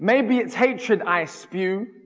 maybe it's hatred i spew,